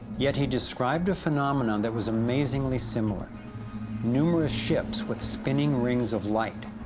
yet he described a phenomenon, that was amazingly similar numerous ships with spinning rings of light.